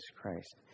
Christ